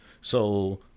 So-